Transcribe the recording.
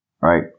right